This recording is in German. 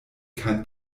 kein